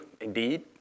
indeed